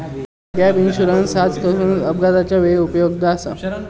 gap insurance खासकरून अपघाताच्या वेळी उपयुक्त आसा